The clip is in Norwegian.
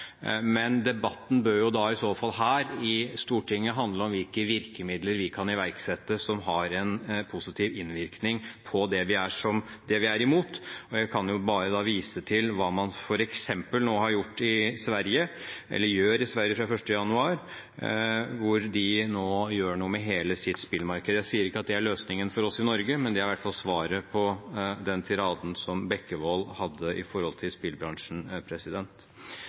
Men debatten bør jo da i så fall her i Stortinget handle om hvilke virkemidler vi kan iverksette som har en positiv innvirkning på det vi er imot. Jeg kan jo bare vise til hva man f.eks. nå gjør i Sverige, fra 1. januar, med hele sitt spillmarked. Jeg sier ikke at det er løsningen for oss i Norge, men det er i hvert fall et svar på den tiraden som representanten Bekkevold hadde med hensyn til spillbransjen.